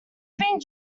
being